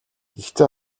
гэхдээ